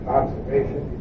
observation